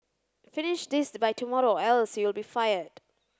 finish this by tomorrow or else you'll be fired